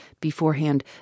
beforehand